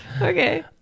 Okay